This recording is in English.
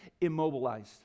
immobilized